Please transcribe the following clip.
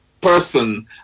person